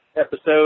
episode